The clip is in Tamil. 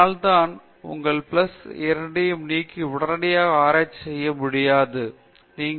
அதனால்தான் உங்கள் பிளஸ் இரண்டையும் நீக்கி உடனடியாக ஆராய்ச்சி செய்ய முடியாது நீங்கள் உங்கள் பி